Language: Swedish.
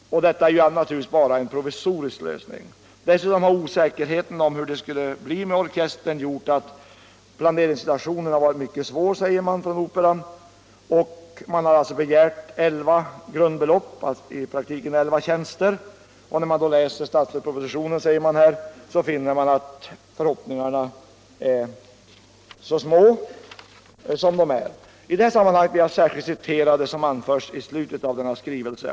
Detta har naturligtvis också bara varit en provisorisk lösning. Dessutom har osäkerheten om hur det skulle bli med orkestern gjort att planeringssituationen vid operan har varit mycket svår. Man har begärt 11 grundbelopp, i praktiken 11 tjänster, men sedan man läst budgetpropositionen har förhoppningarna minskat, framhålles det. I detta sammanhang vill jag särskilt citera det som anförs i slutet av skrivelsen.